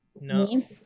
No